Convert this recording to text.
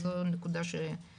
זו נקודה שהיה חשוב לי להדגיש.